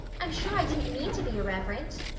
i'm sure i didn't mean to be irreverent.